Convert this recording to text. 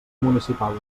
municipal